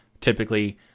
typically